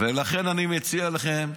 ולכן אני מציע לכם,